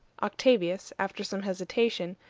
octavius, after some hesitation,